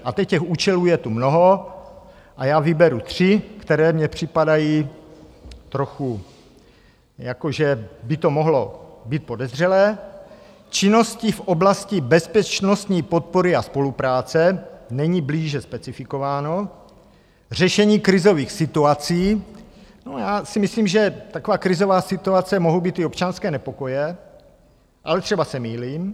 A teď těch účelů je tu mnoho a já vyberu tři, které mně připadají trochu, jako že by to mohlo být podezřelé: činnosti v oblasti bezpečnostní podpory a spolupráce není blíže specifikováno; řešení krizových situací já si myslím, že taková krizová situace mohou být i občanské nepokoje, ale třeba se mýlím.